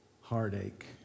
heartache